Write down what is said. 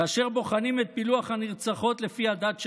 כאשר בוחנים את פילוח הנרצחות לפי הדת שלהן,